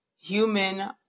human